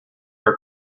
are